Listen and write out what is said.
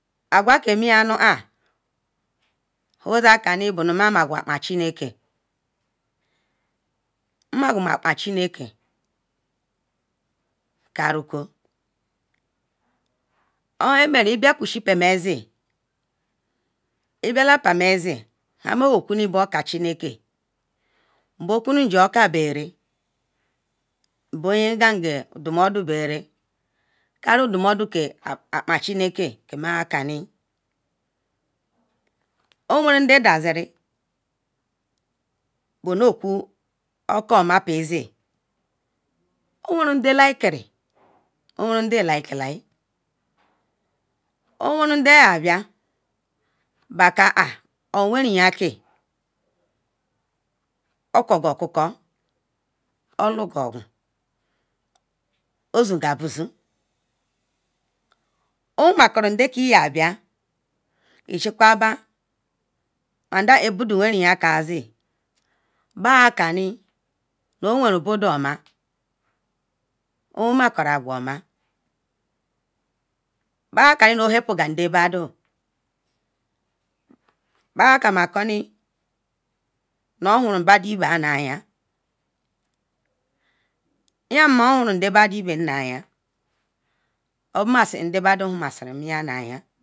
an a akwan kemi ya nu n nakani nu mmagu akpa ke chineke karokwu ohan meru ibiala kpal maze i han moyekunu bo aka chineke nu bokum akpal berera nben ndomo do kani ke akpa chineke ma yake ni oweren nde ja daziri obonu okwu oka oma pel ezil owenrunda yabia baka an owerenke okokuko huga ogun oboyibo zo owuru makara ela ya bia isakwu ba nda a bo don wenre yan ka zil ba ya kani nu owen budon ona bu ya kani nu oh hel pen gal nda ba don bayol kama koni nu ohuru badibam nu ayan in mohuru bado ibem nayam obamasi nda badon honron na ayih